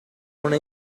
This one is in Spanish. una